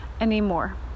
anymore